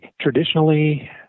Traditionally